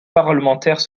parlementaires